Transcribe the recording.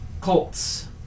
Colts